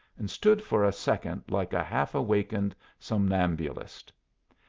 and stood for a second like a half-awakened somnambulist.